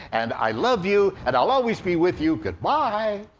and i love you, and i'll always be with you. good bye.